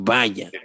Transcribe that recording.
Vaya